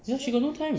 ya she got no time